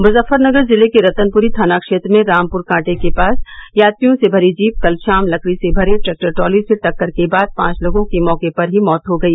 मुजफ्फरनर जिले के रतनपूरी थाना क्षेत्र में रामपूर कांटे के पास यात्रियों से भरी जीप कल शाम लकडी से भरे ट्रैक्टर ट्राली से टक्कर के बाद पांच लोगों की मौके पर ही मौत हो गई